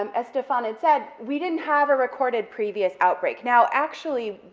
um as stephane had said, we didn't have a recorded previous outbreak. now actually,